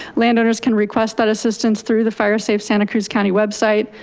landowners can request that assistance through the firesafe santa cruz county website.